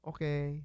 Okay